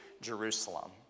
Jerusalem